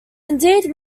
indeed